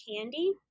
Candy